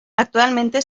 actualmente